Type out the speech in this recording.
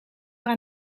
aan